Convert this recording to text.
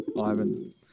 Ivan